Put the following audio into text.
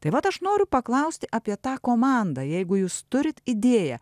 tai vat aš noriu paklausti apie tą komandą jeigu jūs turit idėją